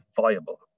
viable